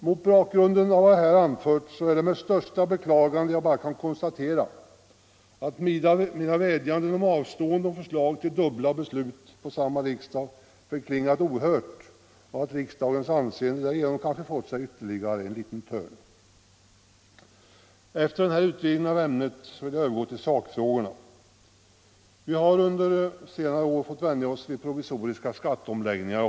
Mot bakgrund av vad jag här anfört är det med största beklagande jag bara kan konstatera att mina vädjanden om avstående från förslag till dubbla beslut vid samma riksdag förklingat ohörda och att riksdagens anseende därigenom kanske fått sig ytterligare en törn. Efter denna utvidgning av ämnet vill jag övergå till sakfrågorna. Vi har under senare år fått vänja oss vid täta provisoriska skatteomläggningar.